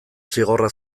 zigorra